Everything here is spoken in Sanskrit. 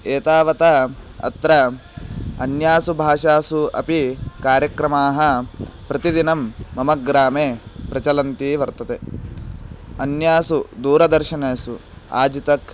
एतावता अत्र अन्यासु भाषासु अपि कार्यक्रमाः प्रतिदिनं मम ग्रामे प्रचलन्ती वर्तते अन्यासु दूरदर्शनेषु आज्तक्